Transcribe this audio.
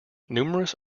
numerous